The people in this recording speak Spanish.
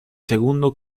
segundo